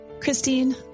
Christine